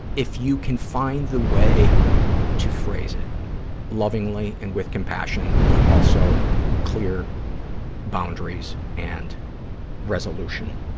if you can find the way to phrase it lovingly and with compassion, but also clear boundaries and resolution.